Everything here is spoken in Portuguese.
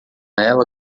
ela